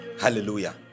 Hallelujah